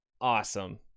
Awesome